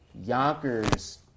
Yonkers